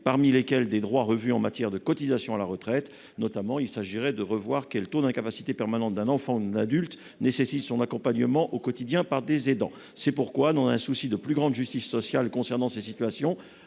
parmi lesquels des droits revus en matière de cotisation à la retraite. Il s'agirait notamment de revoir quel taux d'incapacité permanente d'un enfant ou d'un adulte nécessite son accompagnement au quotidien par des aidants. C'est pourquoi, dans un souci de plus grande justice sociale concernant ces situations,